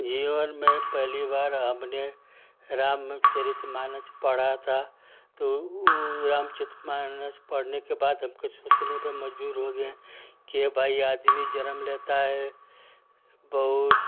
जीवन में पहली बार हमने रामचरितमानस पढ़ा था तो उ रामचरितमानस पढ़ने के बाद हम कुछ सोचने पर हम मजबूर हो गए कि ये भाई ये आदमी जन्म लेता है बहुत